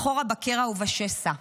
אחורה בקרע ובשסע,